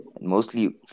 mostly